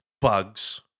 bugs